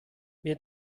wir